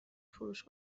فروش